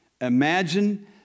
imagine